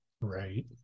Right